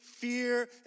fear